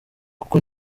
kuko